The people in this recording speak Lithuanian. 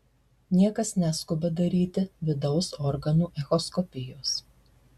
niekas neskuba daryti vidaus organų echoskopijos